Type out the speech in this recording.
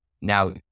Now